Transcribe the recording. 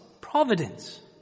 providence